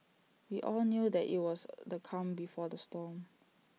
we all knew that IT was the calm before the storm